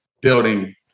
building